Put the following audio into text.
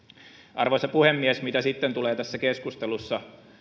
arvoisa puhemies mitä sitten tulee tässä keskustelussa